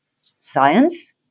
science